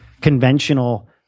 conventional